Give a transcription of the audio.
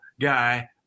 guy